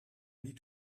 need